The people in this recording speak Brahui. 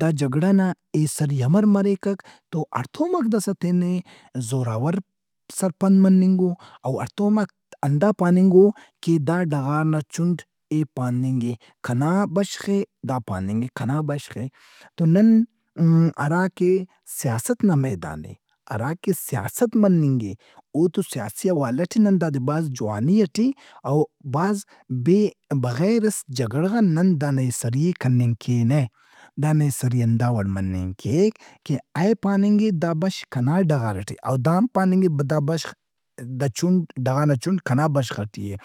دا جھگڑہ نا ایسری امرمریکک۔ تو ہڑتوماک تینے داسا زوراورسرپند مننگ او۔ او ہڑتوماک ہندا پاننگ او کہ ڈغارنا چُھنڈ، اے پاننگ اے کنا بشخ اے، دا پاننگ اے کنا بشخ اے۔ تو نن ہراکہ سیاست نا میدان اے، ہراکہ سیاست مننگ اے۔ اوتو سیاسی حوالہ ٹے نن دادے بھاز جوانی ئٹےاو بغیرس جھگڑہ غن نن دانا ایسری ئے کننگ کینہ۔ دانا ایسری ہندا وڑ مننگ کیک کہ اے پاننگ اے دا بشخ کنا ڈغار ئٹے اودام پاننگ اے دا بشخ دا چھنڈ ڈغارنا چھنڈ کنا بشخ ئٹی اے۔